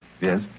Yes